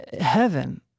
heaven